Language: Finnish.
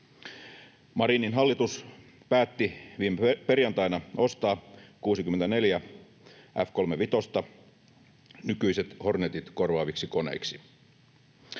Marinin hallitus päätti viime perjantaina ostaa 64 F-35:tä nykyiset Hornetit korvaaviksi koneiksi.